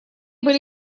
были